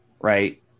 right